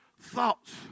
thoughts